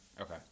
Okay